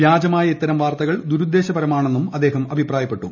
വ്യാജമായ ഇത്തരം വാർത്ത്കൾ ദൂരുദ്ദേശപരമെന്നും അദ്ദേഹം അഭിപ്രായപ്പെട്ടു